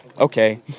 okay